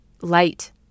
light